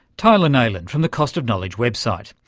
tyler neylon from the cost of knowledge website.